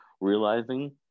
realizing